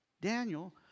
Daniel